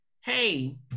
Hey